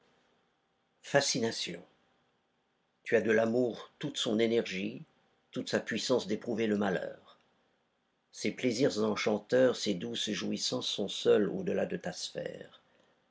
fascination tu as de l'amour toute son énergie toute sa puissance d'éprouver le malheur ses plaisirs enchanteurs ses douces jouissances sont seuls au-delà de ta sphère